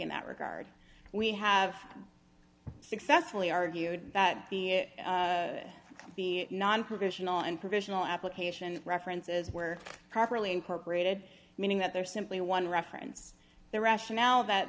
in that regard we have successfully argued that the nontraditional and provisional application references were properly incorporated meaning that they're simply one reference the rationale that